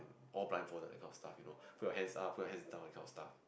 all blindfolded that kind of stuff you know put your hands up put your hands down that kind of stuff